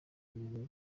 muntu